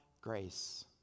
grace